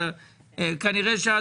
אסור שייסגר.